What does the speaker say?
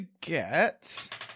get